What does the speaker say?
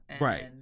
Right